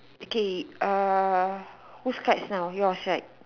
okay uh who's card now yours right